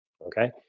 Okay